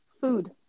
Food